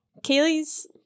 Kaylee's